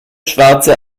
schwarze